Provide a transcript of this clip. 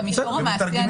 במישור המעשי,